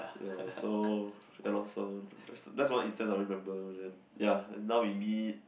ya so ya lor so that's what I remember ya now we meet